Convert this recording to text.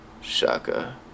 Shaka